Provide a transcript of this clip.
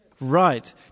Right